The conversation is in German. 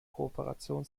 kooperation